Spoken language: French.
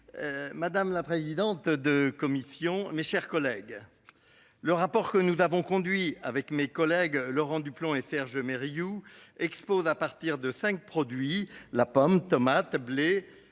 Madame la présidente de commission, mes chers collègues. Le rapport que nous avons conduit avec mes collègues, Laurent Duplomb et Serge mais Riou expose à partir de cinq produits la pomme tomate blé